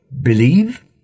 believe